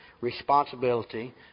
responsibility